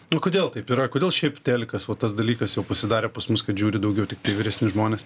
nu kodėl taip yra kodėl šiaip telikas va tas dalykas jau pasidarė pas mus kad žiūri daugiau tiktai vyresni žmonės